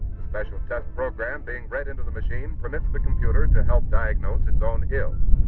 special test program being read into the machine permits the computer to help diagnose its own ills.